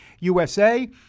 USA